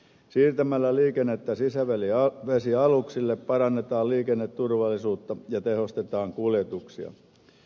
siirtämällä liikennettä sisävesialuksille parannetaan liikenneturvallisuutta ja tehostetaan kuljetuksia